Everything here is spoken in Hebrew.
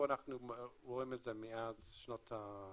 אנחנו רואים את זה פה משנות ה-90.